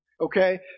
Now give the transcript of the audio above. okay